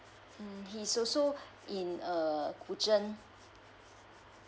um he so so in uh